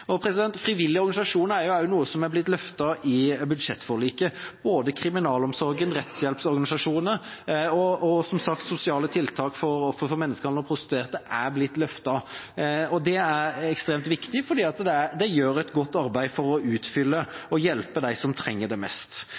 organisasjoner er også noe som har blitt løftet i budsjettforliket. Både kriminalomsorgen, rettshjelpsorganisasjoner og, som sagt, sosiale tiltak for ofre for menneskehandel og prostitusjon er blitt løftet. Det er ekstremt viktig, fordi de gjør et godt arbeid for å utfylle og for å hjelpe dem som trenger det mest.